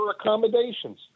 accommodations